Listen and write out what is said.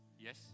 Yes